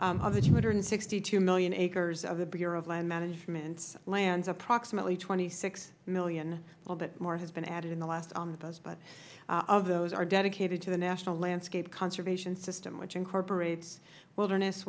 of the two hundred and sixty two million acres of the bureau of land management's lands approximately twenty six million a little bit more has been added in the last omnibus but of those are dedicated to the national landscape conservation system which incorporates wilderness